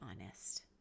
honest